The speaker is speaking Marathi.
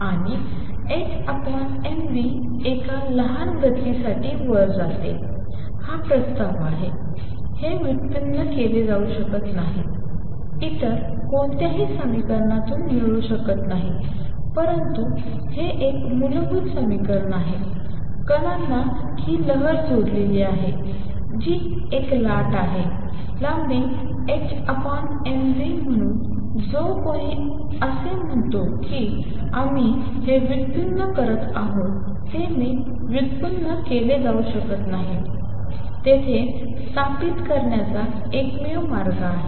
आणि hmv एका लहान गतीसाठी वर जाते हा प्रस्ताव आहे हे व्युत्पन्न केले जाऊ शकत नाही इतर कोणत्याही समीकरणातून मिळू शकत नाही परंतु हे एक मूलभूत समीकरण आहे कणांना ही लहर जोडलेली आहे जी एक लाट आहे लांबी एचएमव्ही म्हणून जो कोणी असे म्हणतो की आम्ही हे व्युत्पन्न करीत आहोत ते मी व्युत्पन्न केले जाऊ शकत नाही तेथे स्थापित करण्याचा एकमेव मार्ग आहे